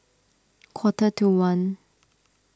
quarter to one